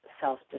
self